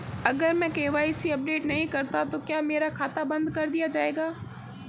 अगर मैं KYC update नहीं करता तो क्या मेरा खाता बंद कर दिया जाएगा?